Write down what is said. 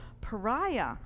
pariah